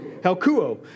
Helkuo